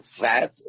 fat